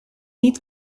niet